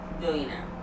billionaire